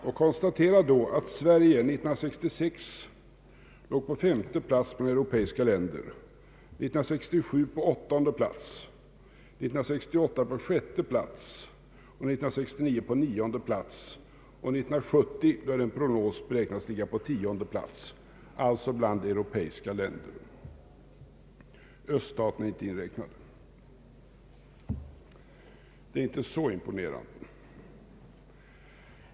Jag konstaterar att Sverige år 1966 låg på femte plats bland de europeiska OECD länderna, år 1967 på åttonde plats, år 1968 på sjätte plats, år 1969 på nionde plats samt i en prognos för år 1970 beräknas ligga på tionde plats. Öststaterna är alltså inte inräknade, men resultatet för vår del är inte särskilt imponerande.